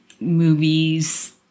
movies